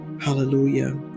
Hallelujah